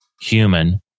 human